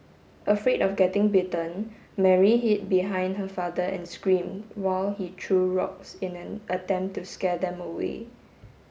afraid of getting bitten Mary hid behind her father and screamed while he threw rocks in an attempt to scare them away